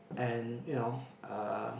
and you know uh